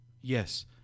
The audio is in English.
yes